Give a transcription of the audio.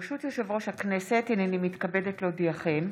ברשות יושב-ראש הכנסת, הינני מתכבדת להודיעכם,